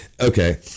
Okay